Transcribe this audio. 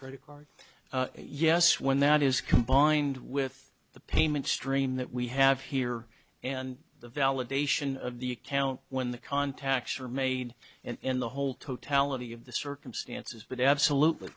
credit card yes when that is combined with the payment stream that we have here and the validation of the account when the contacts are made and the whole totality of the circumstances but absolutely